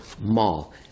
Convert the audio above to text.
mall